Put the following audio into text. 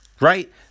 Right